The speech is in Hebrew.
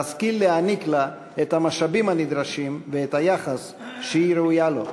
נשכיל להעניק לה את המשאבים הנדרשים ואת היחס שהיא ראויה לו.